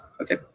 Okay